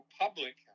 public